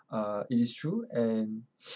uh it is true and